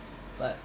but